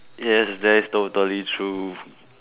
yes that is totally true